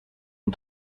une